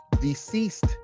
deceased